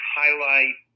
highlight